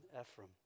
Ephraim